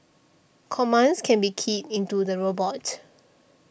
commands can be keyed into the robot